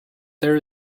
there